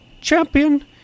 champion